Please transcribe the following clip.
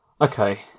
okay